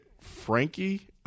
Frankie